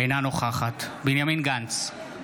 אינה נוכחת בנימין גנץ,